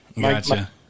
Gotcha